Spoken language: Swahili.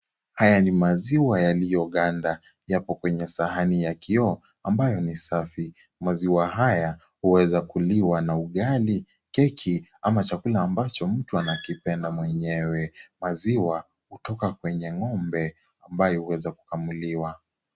Haya ni maziwa yaliyoganda, yako kwenye sahani ya kioo, ambayo ni safi. Maziwa haya, uweza kuliwa na ugali, keki, ama chakula ambacho mtu anakipenda mwenyewe. Maziwa hutoka kwenye ng'ombe, ambayo huweza kukamuliwa.